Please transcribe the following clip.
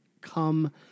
come